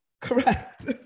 Correct